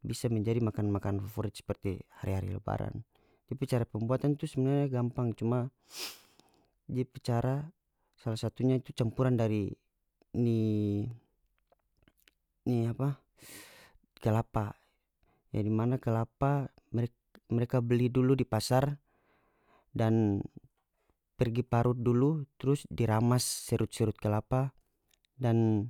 bisa menjadi makanan-makanan fovorit seperti hari-hari lebaran depe cara pembuatan tu sebenarnya gampang cuma depe cara sala satunya itu campuran dari ini ini apa kelapa e dimana kelapa mereka beli dulu di pasar dan pergi parut dulu trus di ramas serut-serut kelapa dan.